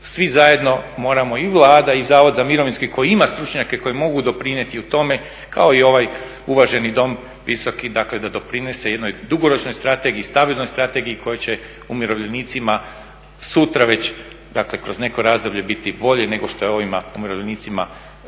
svi zajedno moramo, i Vlada i Zavod za mirovinski koji ima stručnjake koji mogu doprinijeti u tome kao i ovaj uvaženi Dom, visoki, dakle da doprinese jednoj dugoročnoj strategiji, stabilnoj strategiji koja će umirovljenicima sutra već, dakle kroz neko razdoblje biti bolje nego što je ovim umirovljenicima koji